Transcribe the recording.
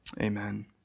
Amen